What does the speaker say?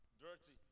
dirty